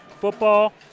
football